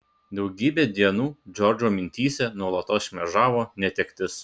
daugybę dienų džordžo mintyse nuolatos šmėžavo netektis